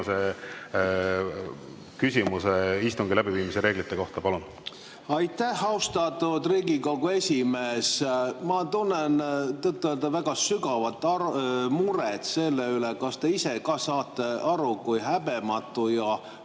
küsimuse istungi läbiviimise reeglite kohta. Palun! Aitäh, austatud Riigikogu esimees! Ma tunnen tõtt-öelda väga sügavat muret selle üle, kas te ise ka saate aru, kui häbematu ja